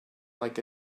like